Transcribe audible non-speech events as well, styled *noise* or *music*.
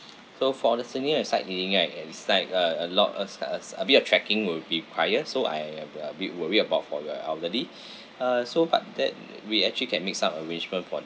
so for the scenery and sightseeing and and it's like a a lot as like as a bit of tracking will be required so I am a bit worried about for your elderly *breath* uh so but that *noise* we actually can make some arrangement for